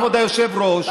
כבוד היושב-ראש,